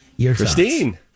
Christine